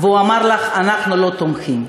ואמר לך: אנחנו לא תומכים.